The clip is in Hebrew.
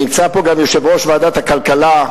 נמצא פה גם יושב-ראש ועדת הכלכלה,